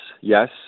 Yes